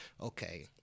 okay